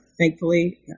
thankfully